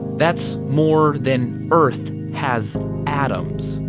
that's more than earth has atoms.